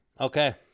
Okay